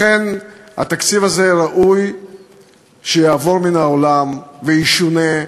לכן התקציב הזה ראוי שיעבור מן העולם וישונה,